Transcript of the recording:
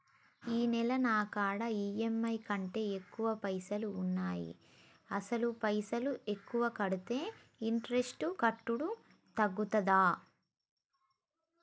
ఈ నెల నా కాడా ఈ.ఎమ్.ఐ కంటే ఎక్కువ పైసల్ ఉన్నాయి అసలు పైసల్ ఎక్కువ కడితే ఇంట్రెస్ట్ కట్టుడు తగ్గుతదా?